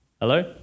Hello